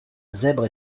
zèbre